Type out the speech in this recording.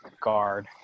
guard